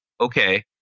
okay